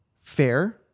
Fair